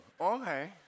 okay